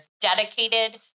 dedicated